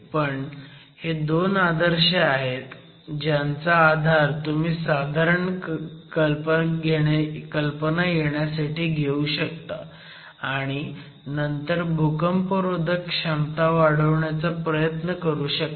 पण हे 2 आदर्श आहेत ज्यांचा आधार तुम्ही साधारण कल्पना येण्यासाठी घेऊ शकता आणि नंतर भूकंपरोधक क्षमता वाढवण्याचा प्रयत्न करू शकता